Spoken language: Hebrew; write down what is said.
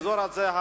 באזור הזה,